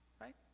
right